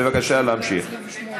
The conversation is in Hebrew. בבקשה להמשיך.